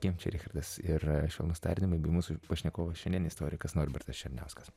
kenčia richardas ir švelnūs tardymai bei mūsų pašnekovo šiandien istorikas norbertas černiauskas